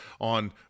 on